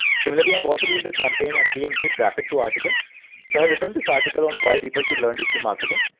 similarly, i've also named a campaign fdmc traffic to article so i've written this article on why people should learn digital marketing,